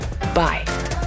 Bye